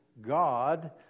God